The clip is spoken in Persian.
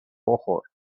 بخور